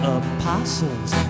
apostles